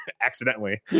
accidentally